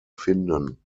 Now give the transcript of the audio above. finden